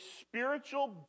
spiritual